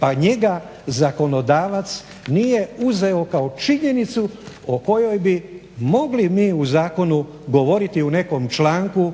pa njega zakonodavac nije uzeo kao činjenicu o kojoj bi mogli mi u Zakonu govoriti u nekom članku